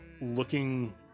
looking